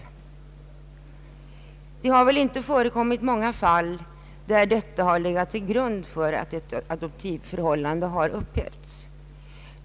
Det har väl inte förekommit många fall där detta har legat till grund för att ett adoptivförhållande har upphävts.